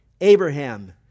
Abraham